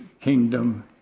kingdom